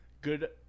good